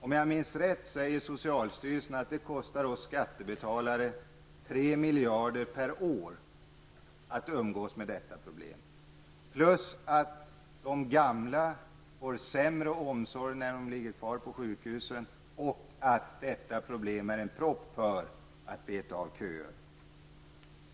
Om jag minns rätt säger socialstyrelsen att det kostar oss skattebetalare 3 miljarder per år att umgås med detta problem. Dessutom får de gamla sämre omsorg när de ligger kvar på sjukhusen. Detta problem är även en propp för att beta av köer.